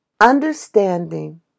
understanding